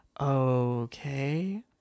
okay